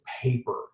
paper